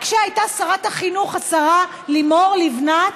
רק כשהייתה שרת החינוך השרה לימור לבנת,